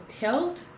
held